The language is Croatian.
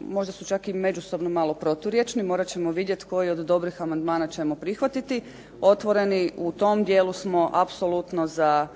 Možda su čak i međusobno malo proturječni. Morat ćemo vidjeti koje od dobrih amandmana ćemo prihvatiti. Otvoreni u tom dijelu smo apsolutno za